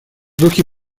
духе